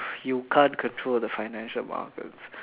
you can't control the financial markets